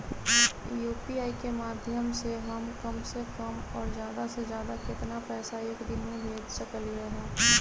UPI के माध्यम से हम कम से कम और ज्यादा से ज्यादा केतना पैसा एक दिन में भेज सकलियै ह?